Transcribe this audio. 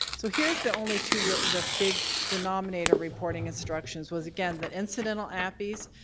so here's the only two real the big denominator reporting instructions was again, the incidental appys.